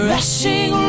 Rushing